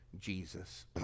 Jesus